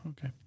Okay